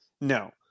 No